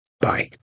bye